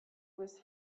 was